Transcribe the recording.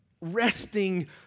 Resting